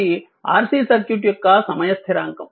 ఇక్కడ 𝝉 RC అనేది RC circuit యొక్క సమయ స్థిరాంకం